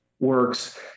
works